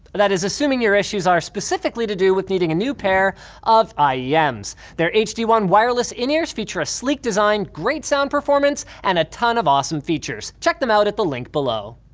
that is assuming your issues are specifically to do with needing a new pair of ah yeah ims. their hd one wireless in-ears feature a sleek design, great sound performance and a ton of awesome features check them out at the link below